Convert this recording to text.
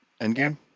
Endgame